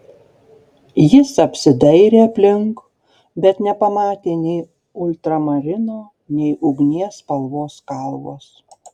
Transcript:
jis apsidairė aplink bet nepamatė nei ultramarino nei ugnies spalvos kalvos